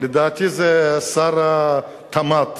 לדעתי זה שר התמ"ת